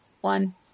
One